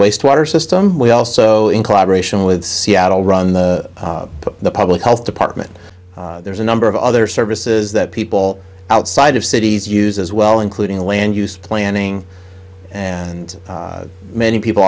wastewater system we also in collaboration with seattle run the public health department there's a number of other services that people outside of cities use as well including land use planning and many people